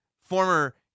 former